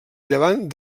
llevant